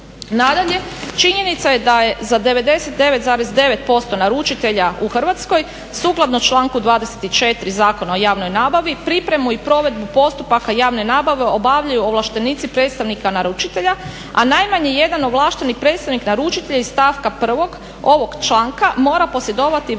Nadalje, činjenica je da je za 99,9% naručitelja u Hrvatskoj sukladno članku 24. Zakona o javnoj nabavi pripremu i provedbu postupaka javne nabave obavljaju ovlaštenici predstavnika naručitelja, a najmanje jedan ovlašteni predstavnik naručitelja iz stavka 1.ovog članka mora posjedovati važeći